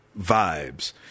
vibes